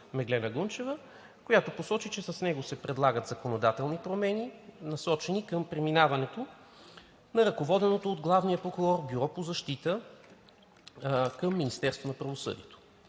Меглена Гунчева, която посочи, че с него се предлагат законодателни промени, насочени към преминаването на ръководеното от главния прокурор Бюро по защита към Министерството на правосъдието.